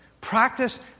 Practice